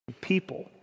people